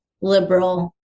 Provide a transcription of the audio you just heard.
liberal